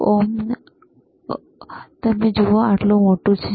ઓહ man તમે જુઓ આટલું મોટું છે ને